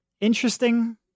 interesting